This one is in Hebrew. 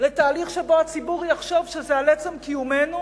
לתהליך שבו הציבור יחשוב שזה על עצם קיומנו,